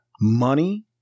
money